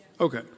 okay